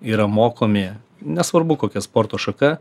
yra mokomi nesvarbu kokia sporto šaka